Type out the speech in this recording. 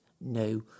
no